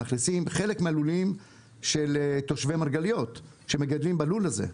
מאכלסים חלק מהלולים של תושבי מרגליות שמגדלים בלול הזה.